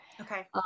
Okay